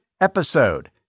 episode